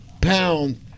pound